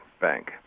Bank